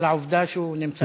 לעובדה שהוא נמצא,